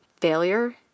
failure